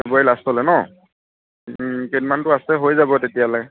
ফেব্ৰুৱাৰী লাষ্টলৈ ন কেইদিনমানতো আছে হৈ যাব তেতিয়ালৈ